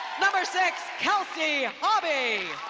number six, kelsey hobbie.